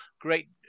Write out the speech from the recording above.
great